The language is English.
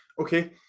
Okay